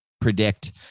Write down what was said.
predict